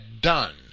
done